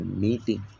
meeting